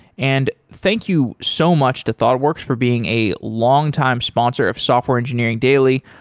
and thank you so much to thoughtworks for being a longtime sponsor of software engineering daily.